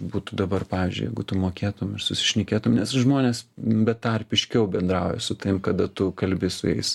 būtų dabar pavyzdžiui jeigu tu mokėtum ir susišnekėtum nes žmonės betarpiškiau bendrauja su tavim kada tu kalbi su jais